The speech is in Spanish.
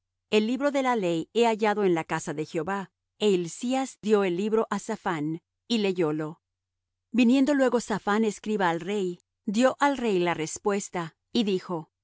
el libro de la ley he hallado en la casa de jehová e hilcías dió el libro á saphán y leyólo viniendo luego saphán escriba al rey dió al rey la respuesta y dijo